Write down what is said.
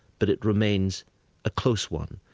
but it remains a close one.